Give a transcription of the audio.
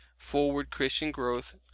forwardchristiangrowth